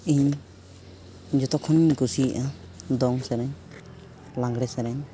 ᱤᱧ ᱡᱚᱛᱚ ᱠᱷᱚᱱᱤᱧ ᱠᱩᱥᱤᱭᱟᱜᱼᱟ ᱫᱚᱝ ᱥᱮᱨᱮᱧ ᱞᱟᱜᱽᱬᱮ ᱥᱮᱨᱮᱧ